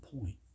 point